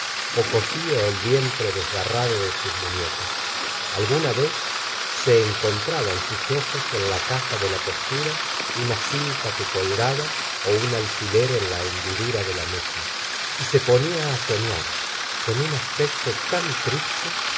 cosía el vientre desgarrado de sus muñecas alguna vez se encontraban sus ojos en la caja de la costura una cinta que colgaba ó un alfiler en la hendidura de la mesa y se ponía á soñar con el aspecto tan triste